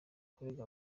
kurega